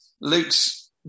Luke's